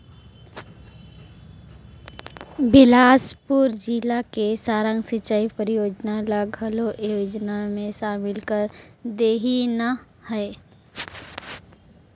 बेलासपुर जिला के सारंग सिंचई परियोजना ल घलो ए योजना मे सामिल कर देहिनह है